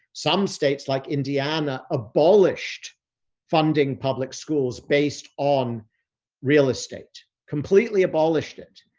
some states like indiana abolished funding public schools based on real estate, completely abolished it.